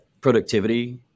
productivity